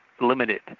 limited